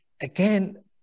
again